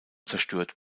zerstört